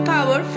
Power